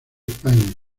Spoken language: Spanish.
españa